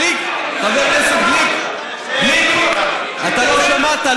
גליק, חבר הכנסת גליק, אתה לא שמעת.